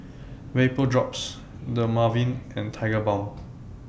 Vapodrops Dermaveen and Tigerbalm